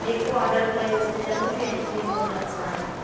जेको ऑडर कयो उते चङियूं ई अइस्क्रीम्युनि जा आहिनि